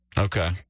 Okay